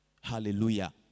Hallelujah